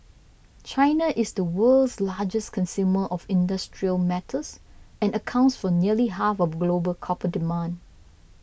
China is the world's largest consumer of industrial metals and accounts for nearly half of global copper demand